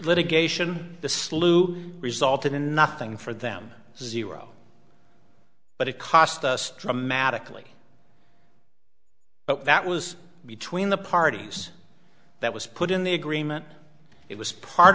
litigation the slew resulted in nothing for them zero but it cost us dramatically but that was between the parties that was put in the agreement it was part